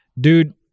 dude